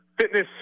fitness